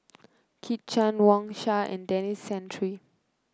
Kit Chan Wang Sha and Denis Santry